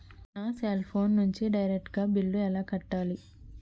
నా cell phone నుంచి direct గా బిల్లు ఎలా కట్టాలి?